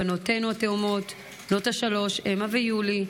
בנותינו התאומות בנות השלוש אמה ויולי,